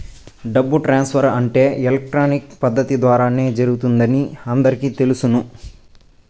డబ్బు ట్రాన్స్ఫర్ అంటే ఎలక్ట్రానిక్ పద్దతి ద్వారానే జరుగుతుందని అందరికీ తెలుసును